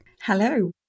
Hello